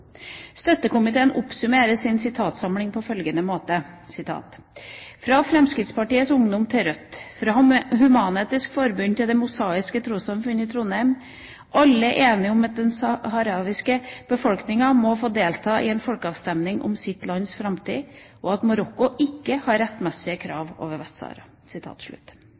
Rødt, fra Human-Etisk Forbund til det mosaiske trossamfunn i Trondheim; alle er enige om at den saharawiske befolkning må få delta i en folkeavstemning om sitt lands framtid, og at Marokko ikke har rettmessig krav over